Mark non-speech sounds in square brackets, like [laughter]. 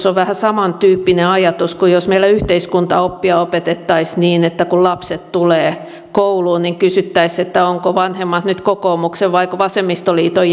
[unintelligible] on vähän samantyyppinen ajatus kuin jos meillä yhteiskuntaoppia opetettaisiin niin että kun lapset tulevat kouluun niin kysyttäisiin että ovatko vanhemmat nyt kokoomuksen vaiko vasemmistoliiton [unintelligible]